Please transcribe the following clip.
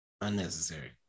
Unnecessary